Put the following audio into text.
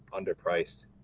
underpriced